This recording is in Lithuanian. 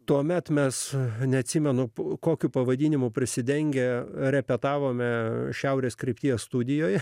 tuomet mes neatsimenu kokiu pavadinimu prisidengę repetavome šiaurės krypties studijoje